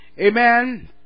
Amen